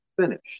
finished